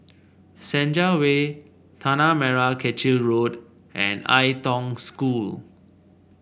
Senja Way Tanah Merah Kechil Road and Ai Tong School